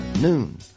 noon